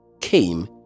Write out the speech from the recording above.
came